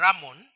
Ramon